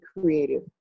creative